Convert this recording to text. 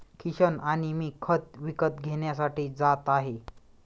किशन आणि मी खत विकत घेण्यासाठी जात आहे